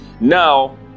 Now